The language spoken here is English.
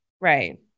right